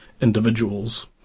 individuals